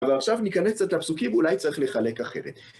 ועכשיו ניכנס קצת לפסוקים, אולי צריך לחלק אחרת.